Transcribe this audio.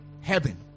heaven